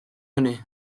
hynny